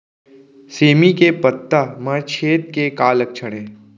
सेमी के पत्ता म छेद के का लक्षण हे?